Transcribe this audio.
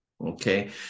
Okay